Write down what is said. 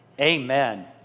amen